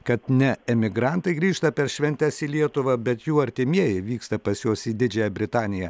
kad ne emigrantai grįžta per šventes į lietuvą bet jų artimieji vyksta pas juos į didžiąją britaniją